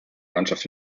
mannschaft